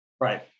right